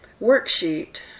worksheet